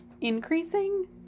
increasing